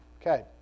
Okay